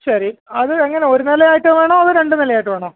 ശരി അത് എങ്ങനാണ് ഒരു നില ആയിട്ട് വേണോ അതോ രണ്ട് നിലയായിട്ട് വേണോ